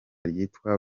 ryitwa